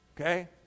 Okay